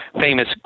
famous